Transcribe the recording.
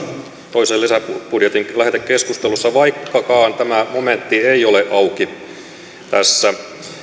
toisen lisäbudjetin lähetekeskustelussa vaikkakaan tämä momentti ei ole auki tässä